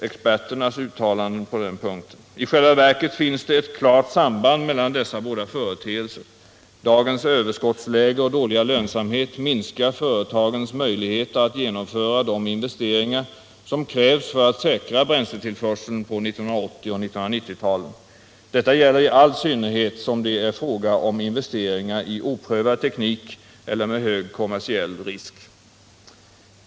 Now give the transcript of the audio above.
I själva verket finns det ett klart samband mellan dessa båda företeelser. Dagens överskottsläge och dåliga lönsamhet minskar företagens möjligheter att genomföra de investeringar som krävs för att säkra bränsletillförseln på 1980 och 1990-talen. Detta gäller i all synnerhet som det är fråga om investeringar i oprövad teknik eller med hög kommersiell risk.